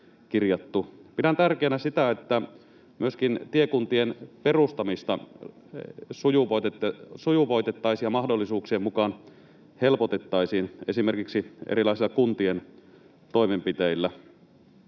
Pidän tärkeänä sitä, että myöskin tiekuntien perustamista sujuvoitettaisiin ja mahdollisuuksien mukaan helpotettaisiin esimerkiksi erilaisilla kuntien toimenpiteillä.